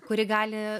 kuri gali